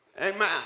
amen